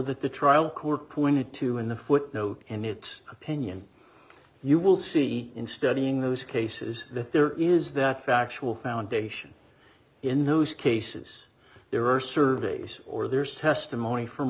that the trial court pointed to in the footnote and it's opinion you will see in studying those cases that there is that factual foundation in those cases there are surveys or there is testimony from